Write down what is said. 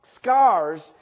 scars